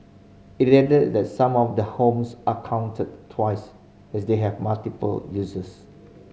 it added that some of the homes are counted twice as they have multiple uses